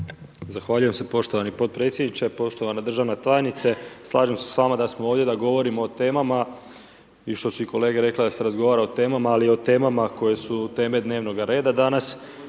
Zahvaljujem se poštovani potpredsjedniče. Poštovana državna tajnice slažem se s vama da smo ovdje da govorimo o temama i što su i kolege rekle da se razgovara o temama ali i o temama koje su teme dnevnoga reda danas.